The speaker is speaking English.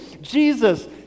Jesus